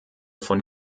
von